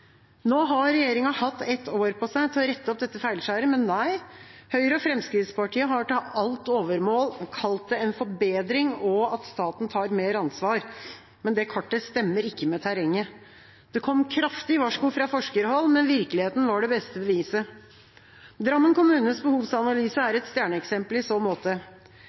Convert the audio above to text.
Nå har regjeringa hatt ett år på seg til å rette opp dette feilskjæret, men nei. Høyre og Fremskrittspartiet har til alt overmål kalt det en forbedring og at staten tar mer ansvar. Det kartet stemmer ikke med terrenget. Det kom kraftige varsko fra forskerhold, men virkeligheten var det beste beviset. Drammen kommunes behovsanalyse er et stjerneeksempel i så måte.